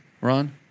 ron